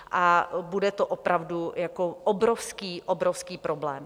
A bude to opravdu obrovský, obrovský problém.